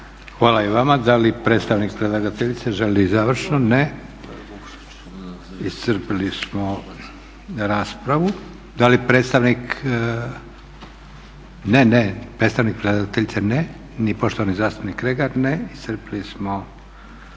Hvala i vama. Da li predstavnik predlagateljice želi završno? Ne. Iscrpili smo raspravu. Da li predstavnik, ne, predstavnik predlagateljice ne, ni poštovani zastupnik Kregar ne. Iscrpili smo raspravu